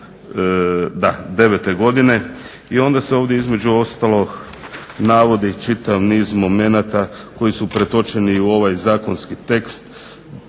iz 2009.godine i onda se ovdje između ostalog navodi čitav niz momenata koji su pretočeni u ovaj zakonski tekst